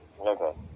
Okay